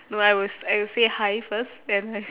no I will s~ I will say hi first then I